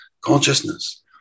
consciousness